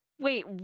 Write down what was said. Wait